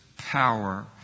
Power